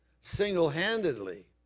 single-handedly